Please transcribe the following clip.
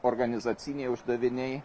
organizaciniai uždaviniai